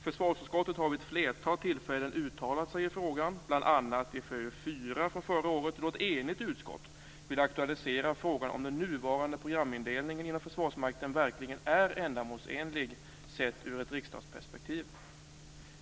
Försvarsutskottet har vid ett flertal tillfällen uttalat sig i frågan, bl.a. i FöU4 från förra året, då ett enigt utskott ville aktualisera frågan om den nuvarande programindelningen inom Försvarsmakten verkligen är ändamålsenlig sett ur ett riksdagsperspektiv.